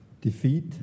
defeat